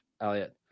Elliot